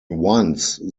once